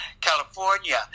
California